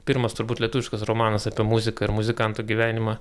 pirmas turbūt lietuviškas romanas apie muziką ir muzikanto gyvenimą